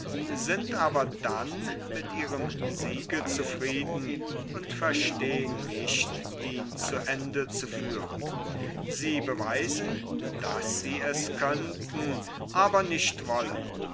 sind aber dann mit ihrem siege zufrieden und verstehn nicht ihn zu ende zu führen sie beweisen daß sie es könnten aber nicht wollen